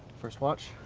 first watch?